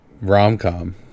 rom-com